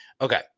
Okay